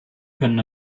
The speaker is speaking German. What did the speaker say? können